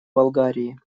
болгарии